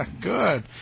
Good